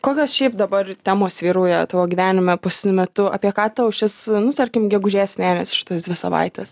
kokios šiaip dabar temos vyrauja tavo gyvenime paskutiniu metu apie ką tau šis nu tarkim gegužės mėnesis šitos dvi savaitės